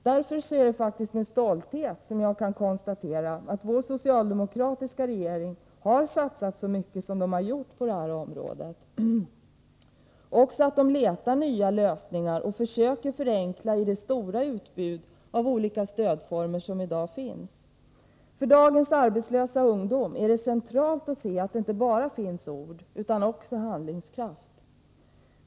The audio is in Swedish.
Därför är det faktiskt med stolthet som jag kan konstatera att vår socialdemokratiska regering har satsat så mycket som den gjort på detta område och också att den letar nya lösningar och försöker förenkla i det stora utbud av olika stödformer som i dag finns. För dagens arbetslösa ungdom är det centralt att se att det inte bara finns ord utan också handlingskraft.